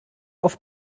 auf